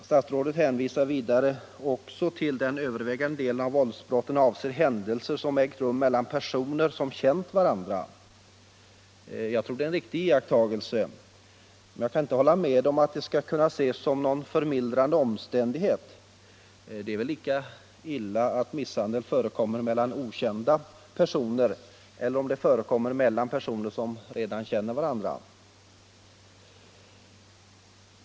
Statsrådet hänvisar också till att den övervägande delen av våldsbrotten ”avser händelser som ägt rum mellan personer som åtminstone känt varandra”. Jag tror att det är en riktig iakttagelse, men jag kan inte hålla med om att det skulle kunna ses som någon förmildrande omständighet. Det är väl lika illa om misshandel förekommer mellan personer som känner varandra som om den förekommer mellan personer som inte gör det?